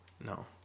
No